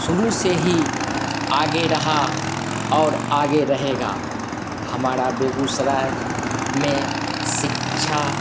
शुरू से ही आगे रहा और आगे रहेगा हमारा बेगूसराय में शिक्षा